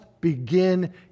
begin